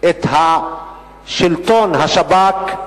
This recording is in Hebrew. את שלטון השב"כ,